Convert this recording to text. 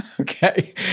okay